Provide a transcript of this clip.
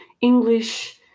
English